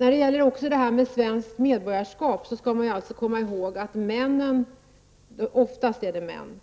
När det gäller frågan om svenskt medborgarskap skall man komma ihåg att männen -- det är nämligen oftast män